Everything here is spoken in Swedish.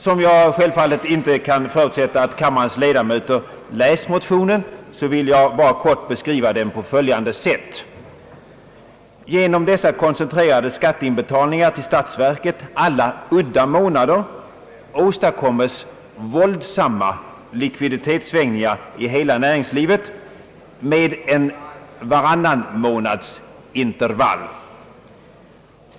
Som jag självfallet inte kan förutsätta att kammarens ledamöter läst motionen vill jag kort beskriva den på följande sätt. Genom de koncentrerade skatteinbetalningarna till statsverket alla udda månader åstadkommes våldsamma likviditetssvängningar i hela näringslivet med en varannanmånads intervall.